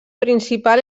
principal